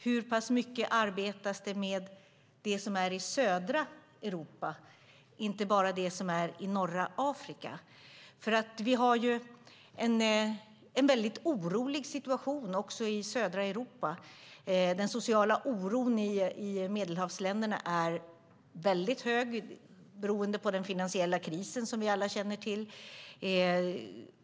Hur pass mycket arbetas det med det som finns i södra Europa jämfört med det som finns i norra Afrika? Vi har en orolig situation också i södra Europa. Den sociala oron i Medelhavsländerna är hög beroende på den finansiella krisen, som vi alla känner till.